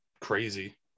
crazy